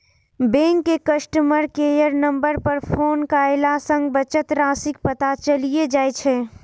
bank के customer care number पर phone कयला सं बचत राशिक पता चलि जाइ छै